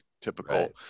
typical